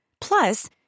Plus